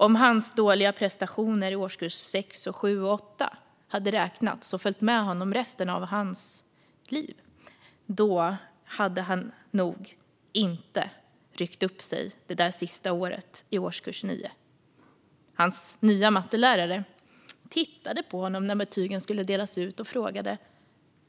Om hans dåliga prestationer i årskurs 6, 7 och 8 hade räknats och följt med honom resten av hans liv hade han nog inte ryckt upp sig det sista året i årskurs 9. Hans nya mattelärare tittade på honom när betygen skulle delas ut och frågade: